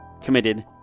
committed